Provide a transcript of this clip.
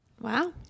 wow